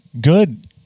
good